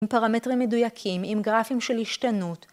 ‫עם פרמטרים מדויקים, ‫עם גרפים של השתנות.